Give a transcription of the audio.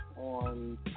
on